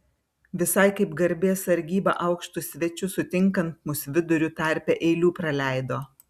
visai kaip garbės sargyba aukštus svečius sutinkant mus viduriu tarpe eilių praleido